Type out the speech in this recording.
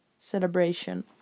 celebration